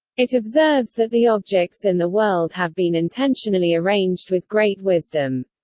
it observes that the objects in the world have been intentionally arranged with great wisdom.